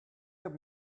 give